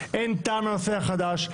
אין טעם לנושא החדש.